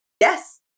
Yes